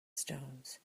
stones